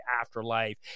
afterlife